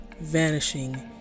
vanishing